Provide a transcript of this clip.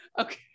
Okay